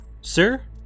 Sir